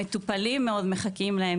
המטופלים מאוד מחכים להם,